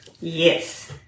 Yes